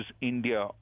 India